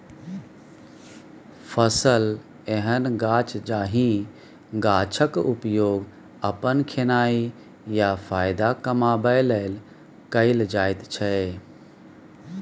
फसल एहन गाछ जाहि गाछक उपयोग अपन खेनाइ या फाएदा कमाबै लेल कएल जाइत छै